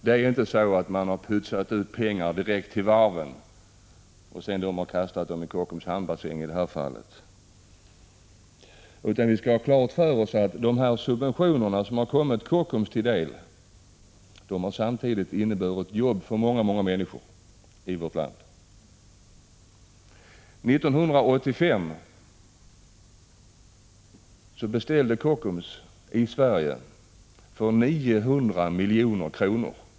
Det är inte så att man har pytsat ut pengar direkt till varven, och sedan har varven kastat pengarna direkt i hamnbassängen. Vi skall ha klart för oss att de här subventionerna samtidigt har inneburit att många människor i vårt land har kunnat behålla sitt jobb. 1985 beställde Kockums för 900 milj.kr. i Sverige.